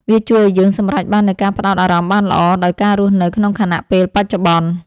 វាជួយឱ្យយើងសម្រេចបាននូវការផ្ដោតអារម្មណ៍បានល្អ ដោយការរស់នៅក្នុងខណៈពេលបច្ចុប្បន្ន។